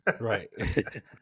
Right